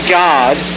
god